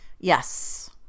yes